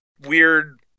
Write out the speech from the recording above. weird